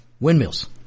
windmills